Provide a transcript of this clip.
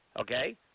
okay